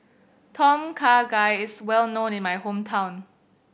Tom Kha Gai is well known in my hometown